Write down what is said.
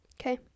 okay